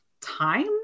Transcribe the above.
time